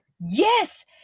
Yes